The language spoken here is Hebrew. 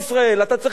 אתה צריך להימחק,